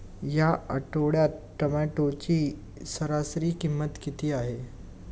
या आठवड्यात टोमॅटोची सरासरी किंमत किती आहे?